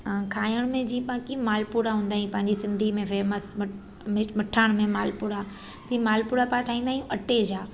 खाइण में जी पाणि कीअं मालपुड़ा हूंदा आहिनि पंहिंजे सिंधी में फ़ेमस मि मिठाण में मालपुड़ा मालपुड़ा पाणि ठाहींदा आहियूं अटे जा